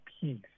peace